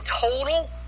total